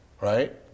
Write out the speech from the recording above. right